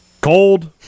cold